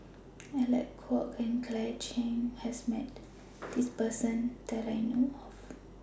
Alec Kuok and Claire Chiang has Met This Person that I know of